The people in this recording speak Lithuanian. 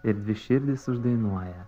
ir dvi širdys uždainuoja